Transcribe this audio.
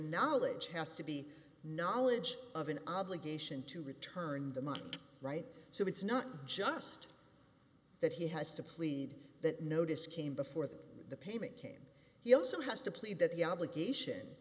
knowledge has to be knowledge of an obligation to return the money right so it's not just that he has to plead that notice came before that the payment came he also has to plead that the obligation